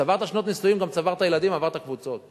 צברת שנות נישואים, גם צברת ילדים, עברת קבוצות.